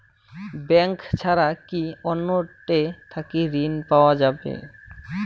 Bank ছাড়া কি অন্য টে থাকি ঋণ পাওয়া যাবে?